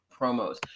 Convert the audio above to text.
promos